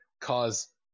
cause